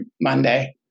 Monday